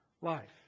life